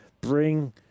bring